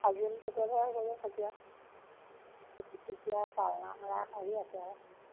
ফাগুন চ'ততহে হ'বগৈ ফাকুৱা এতিয়া পাল নাম ৰাস আহি আছে আৰু